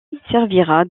servira